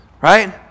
right